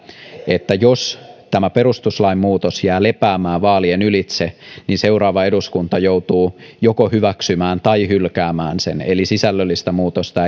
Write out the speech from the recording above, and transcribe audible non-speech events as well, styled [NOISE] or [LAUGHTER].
että jos tämä perustuslain muutos jää lepäämään vaalien ylitse niin seuraava eduskunta joutuu joko hyväksymään tai hylkäämään sen eli sisällöllistä muutosta [UNINTELLIGIBLE]